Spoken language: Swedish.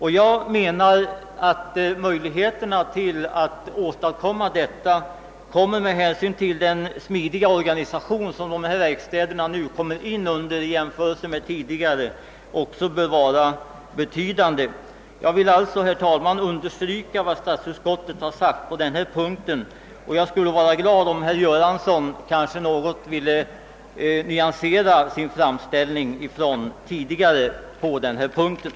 Möjligheterna härtill bör enligt min mening vara betydande med hänsyn till den smidiga organisation som dessa verkstäder nu kommer in under jämfört med vad som tidigare har varit fallet. Jag vill alltså, herr talman, understryka vad statsutskottet har sagt på denna punkt, och jag skulle vara glad om herr Göransson kanske något ville nyansera sin tidigare framställning.